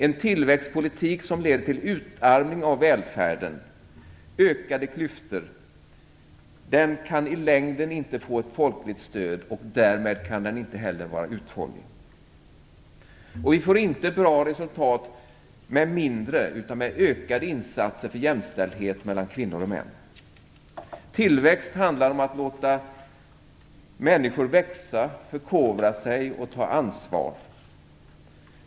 En tillväxtpolitik som leder till utarmning av välfärden och ökade klyftor kan i längden inte få ett folkligt stöd. Därmed kan den inte heller vara uthållig. Vi får inte bra resultat med mindre utan med ökade insatser för jämställdhet mellan kvinnor och män. Tillväxt handlar om att låta människor växa, förkovra sig och ta ansvar.